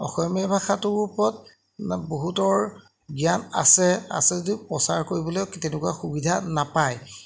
অসমীয়া ভাষাটোৰ ওপৰত মানে বহুতৰ জ্ঞান আছে আছে যদিও প্ৰচাৰ কৰিবলৈ তেনেকুৱা সুবিধা নাপায়